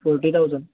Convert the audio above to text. forty thousand